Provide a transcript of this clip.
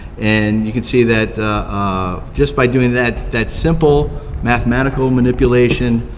and you can see that just by doing that, that simple mathematical manipulation,